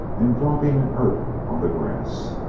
and dropping inert on the grass.